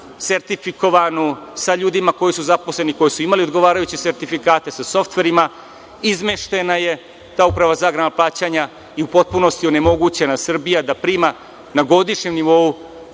sertifikovanu, sa ljudima koji su zaposleni, koji su imali odgovarajuće sertifikate, sa softverima. Izmeštena je ta Uprava za agrarna plaćanja i u potpunosti onemogućena Srbija da prima na godišnjem nivou